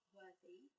worthy